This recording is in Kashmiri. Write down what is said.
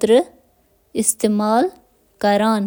تیٖل استعمال کران۔